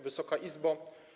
Wysoka Izbo!